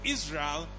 Israel